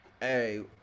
Hey